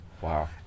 Wow